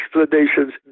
explanations